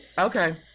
Okay